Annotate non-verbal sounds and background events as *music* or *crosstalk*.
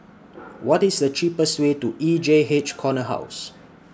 *noise* What IS The cheapest Way to E J H Corner House